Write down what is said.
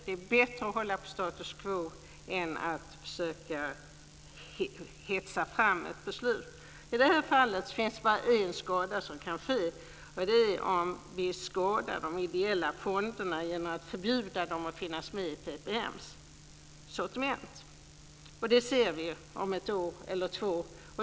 Det är bättre att behålla status quo än att försöka hetsa fram ett beslut. I det här fallet är det bara en skada som kan ske, nämligen om de ideella fonderna skulle skadas om de förbjuds att vara med i PPM:s sortiment. Det ser vi om ett år eller två.